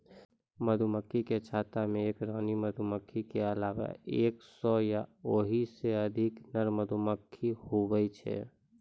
मधुमक्खी के छत्ता मे एक रानी मधुमक्खी के अलावा एक सै या ओहिसे अधिक नर मधुमक्खी हुवै छै